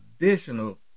additional